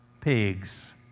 pigs